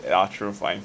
ya true fine